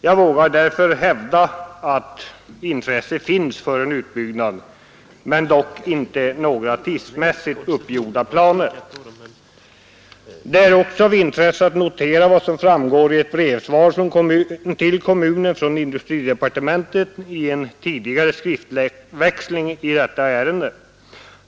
Jag vågar därför hävda att intresse finns för en utbyggnad, dock inte från tidsmässigt uppgjorda planer. Det är också av intresse att notera vad som framgår av ett brevsvar till kommunen från industridepartementet i en tidigare skriftväxling i detta ärende.